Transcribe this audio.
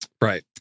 right